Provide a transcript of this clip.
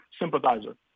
sympathizer